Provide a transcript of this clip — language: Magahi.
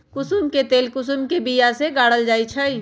कुशुम के तेल कुशुम के बिया से गारल जाइ छइ